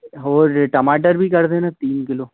और टमाटर भी कर दो तीन किलो